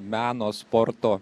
meno sporto